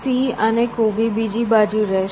સિંહ અને કોબી બીજી બાજુ રહેશે